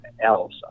else